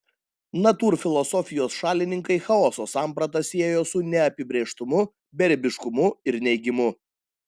natūrfilosofijos šalininkai chaoso sampratą siejo su neapibrėžtumu beribiškumu ir neigimu